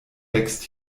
wächst